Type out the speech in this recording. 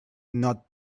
not